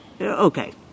Okay